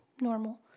normal